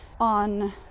on